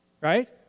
Right